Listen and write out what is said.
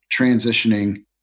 transitioning